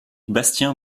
bastien